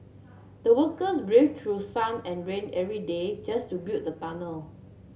the workers braved through sun and rain every day just to build the tunnel